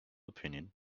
opinion